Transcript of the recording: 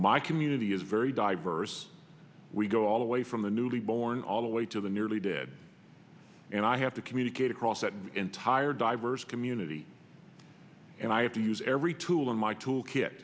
my community is very diverse we go all the way from the newly born all the way to the nearly dead and i have to communicate across the entire diverse community and i have to use every tool in my tool ki